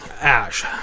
Ash